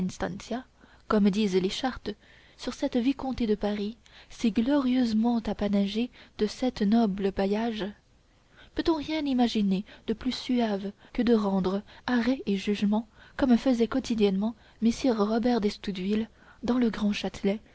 comme disent les chartes sur cette vicomté de paris si glorieusement apanagée de sept nobles bailliages peut-on rien imaginer de plus suave que de rendre arrêts et jugements comme faisait quotidiennement messire robert d'estouteville dans le grand châtelet